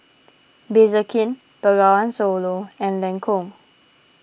Bengawan Solo and Lancome